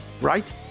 right